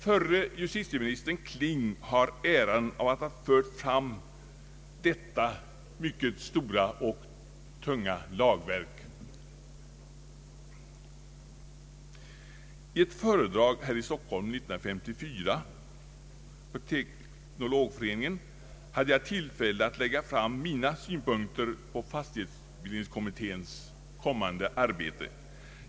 Förre justitieministern Kling har äran av att ha fört fram detta stora och tunga lagverk. I ett föredrag här i Stockholm 1954 hade jag tillfälle att på Teknologföreningen lägga fram mina synpunkter på fastighetsbildningskommitténs arbete.